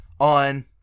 on